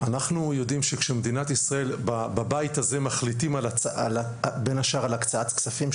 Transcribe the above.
אנחנו יודעים שמדינת ישראל בבית הזה מחליטים בין השאר על הקצאת כספים,